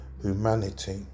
humanity